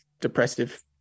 depressive